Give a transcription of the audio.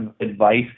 advice